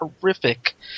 horrific